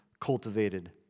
cultivated